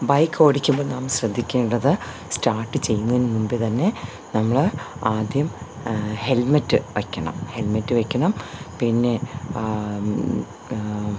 bike ഓടിക്കുമ്പോൾ നാം ശ്രദ്ധിക്കേണ്ടത് സ്റ്റാർട്ട് ചെയ്യുന്നതിനു മുൻപു തന്നെ നമ്മൾ ആദ്യം ഹെൽമെറ്റ് വെയ്ക്കണം ഹെൽമെറ്റ് വെയ്ക്കണം പിന്നെ